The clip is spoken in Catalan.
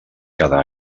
cada